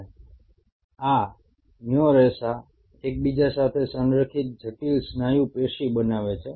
અને આ મ્યો રેસા એકબીજા સાથે સંરેખિત જટિલ સ્નાયુ પેશી બનાવે છે